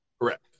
Correct